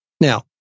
Now